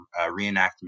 reenactment